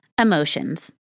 emotions